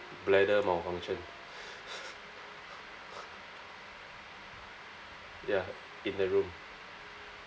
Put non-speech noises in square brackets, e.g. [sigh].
bladder malfunction [laughs] ya in the room